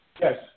Yes